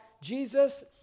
Jesus